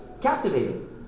captivating